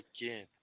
again